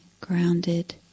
grounded